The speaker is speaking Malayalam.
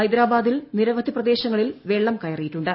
ഹൈദരാബാദിൽ നിരവധി പ്രദേശങ്ങളിൽ വെള്ളം കയറിയിട്ടുണ്ട്